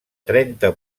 trenta